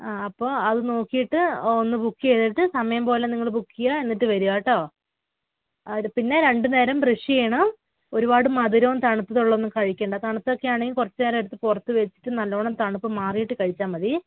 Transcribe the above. ആ അപ്പോള് അത് നോക്കിയിട്ട് ഒന്ന് ബുക്ക് ചെയ്തിട്ട് സമയംപോലെ നിങ്ങള് ബുക്ക് ചെയ്യുക എന്നിട്ട് വരിക കേട്ടോ അത് പിന്നെ രണ്ട് നേരം ബ്രഷ് ചെയ്യണം ഒരുപാട് മധുരവും തണുത്തതുള്ളതൊന്നും കഴിക്കേണ്ട തണുത്തതൊക്കെയാണെങ്കില് കുറച്ചുനേരം എടുത്ത് പുറത്തുവെച്ചിട്ട് നല്ലവണ്ണം തണുപ്പ് മാറിയിട്ട് കഴിച്ചാല് മതി